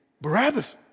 Barabbas